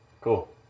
Cool